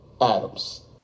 Adams